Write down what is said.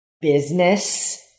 business